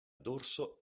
dorso